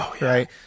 Right